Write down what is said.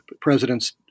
presidents